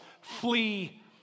flee